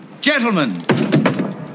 Gentlemen